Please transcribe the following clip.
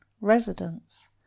residence